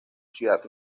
ciudad